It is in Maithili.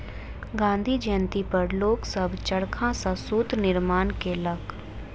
गाँधी जयंती पर लोक सभ चरखा सॅ सूत निर्माण केलक